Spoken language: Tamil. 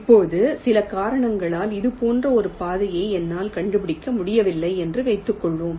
இப்போது சில காரணங்களால் இது போன்ற ஒரு பாதையை என்னால் கண்டுபிடிக்க முடியவில்லை என்று வைத்துக்கொள்வோம்